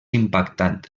impactant